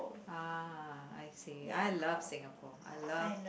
ah I see I love Singapore I love